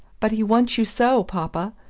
but he wants you so, papa!